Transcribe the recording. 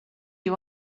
you